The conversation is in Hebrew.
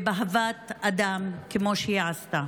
באהבת אדם, כמו שהיא עשתה.